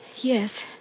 Yes